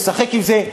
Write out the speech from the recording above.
נשחק עם זה,